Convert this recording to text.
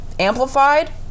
Amplified